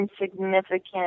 insignificant